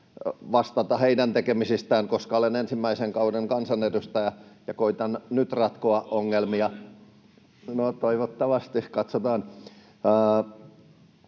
vastata heidän tekemisistään, koska olen ensimmäisen kauden kansanedustaja ja koetan ratkoa ongelmia nyt.